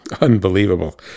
unbelievable